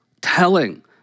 telling